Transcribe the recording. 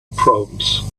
proms